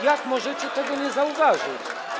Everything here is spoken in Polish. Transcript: Jak możecie tego nie zauważyć?